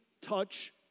touch